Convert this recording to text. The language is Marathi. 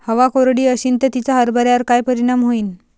हवा कोरडी अशीन त तिचा हरभऱ्यावर काय परिणाम होईन?